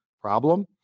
problem